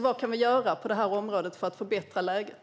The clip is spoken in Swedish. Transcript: Vad kan vi göra på det här området för att förbättra läget?